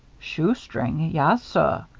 shoestring? yass, suh,